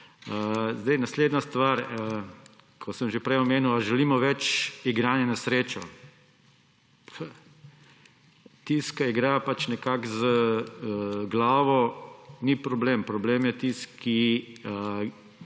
Naslednja stvar. Kot sem že prej omenil, ali želimo več igranja na srečo? Tisti, ki igra nekako z glavo, ni problem. Problem je tisti, ki